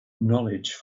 knowledge